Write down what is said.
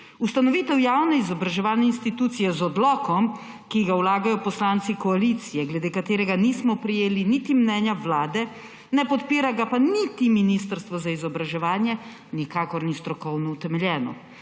Ustanovitev javne izobraževalne institucije z odlokom, ki ga vlagajo poslanci koalicije, glede katerega nismo prejeli niti mnenja Vlade, ne podpira ga pa niti Ministrstvo za izobraževanje, nikakor ni strokovno utemeljeno.